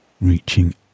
reaching